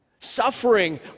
suffering